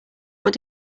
what